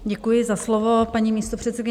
Děkuji za slovo, paní místopředsedkyně.